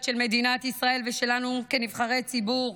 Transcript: של מדינת ישראל ושלנו כנבחרי ציבור,